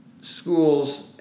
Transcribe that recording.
schools